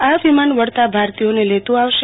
આ વિમાન વળતાં ભારતીયોનુ લેતં આવશે